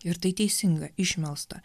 ir tai teisinga išmelsta